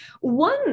one